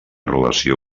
relació